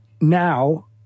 now